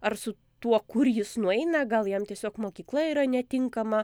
ar su tuo kur jis nueina gal jam tiesiog mokykla yra netinkama